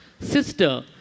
sister